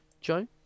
Joe